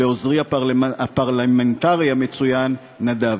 לעוזרי הפרלמנטרי המצוין נדב.